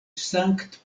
sankt